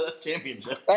Championship